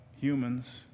humans